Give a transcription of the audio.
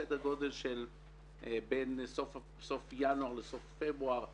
סדר גודל של בין סוף ינואר לסוף פברואר 2019,